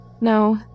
No